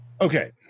okay